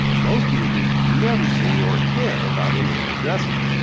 most users never see or care about internet addresses.